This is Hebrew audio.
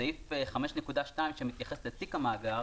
בסעיף 5.2 שמתייחס לתיק המאגר